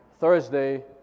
Thursday